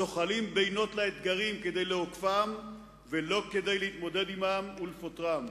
זוחלים בינות לאתגרים כדי לעוקפם ולא כדי להתמודד עמם ולפותרם.